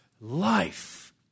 life